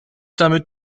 damit